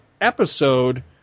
episode